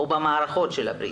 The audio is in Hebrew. או במערכות של הבריאות.